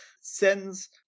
sends